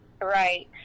right